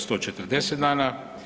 140 dana.